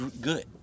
good